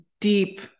deep